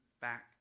back